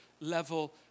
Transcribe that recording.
level